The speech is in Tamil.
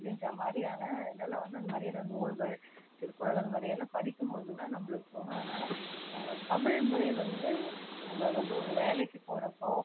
அப்படின்ற மாதிரியான இதெல்லாம் வந்து அந்த மாதிரியான நூல்கள் திருக்குறள் அந்த மாதிரியெல்லாம் படிக்கும்போது தான் நம்பளுக்கு தோணும் அதனால் தமிழ் மொழி வந்து நம்ப வந்து ஒரு வேலைக்கு போகிறப்போ